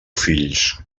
fills